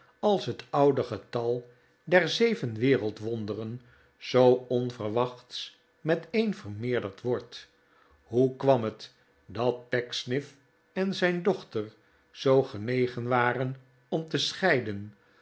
als het oude getal der zeven wereldwonderen zoo onverwachts met een vermeerderd wordt hoe kwam het dat pecksniff en zijn dochter zoo genegen waren om te scheiden